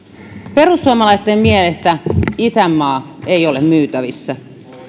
perussuomalaisten mielestä isänmaa ei ole myytävissä